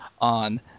on